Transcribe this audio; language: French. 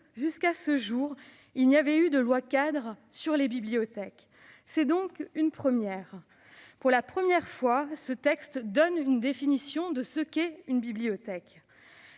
jusqu'à ce jour, il n'y avait eu de loi-cadre sur les bibliothèques. C'est donc une première ! Pour la première fois, donc, ce texte donne une définition de ce qu'est une bibliothèque.